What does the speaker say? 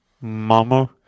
Mama